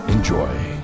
Enjoy